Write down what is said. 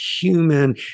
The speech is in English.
human